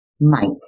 Mike